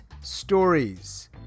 stories